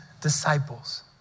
disciples